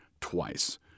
twice